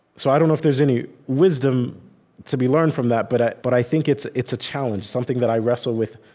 so i don't know if there's any wisdom to be learned from that, but but i think it's it's a challenge, something that i wrestle with